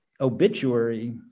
obituary